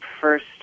first